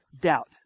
doubt